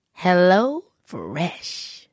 HelloFresh